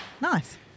Nice